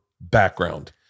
background